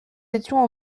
étions